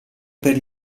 per